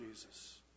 Jesus